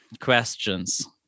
questions